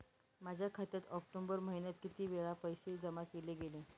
माझ्या खात्यात ऑक्टोबर महिन्यात किती वेळा पैसे जमा केले गेले?